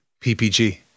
PPG